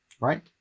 right